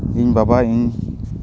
ᱤᱧ ᱵᱟᱵᱟ ᱤᱧ